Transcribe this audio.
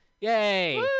Yay